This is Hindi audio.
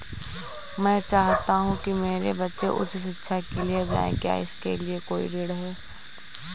मैं चाहता हूँ कि मेरे बच्चे उच्च शिक्षा के लिए जाएं क्या इसके लिए कोई ऋण है?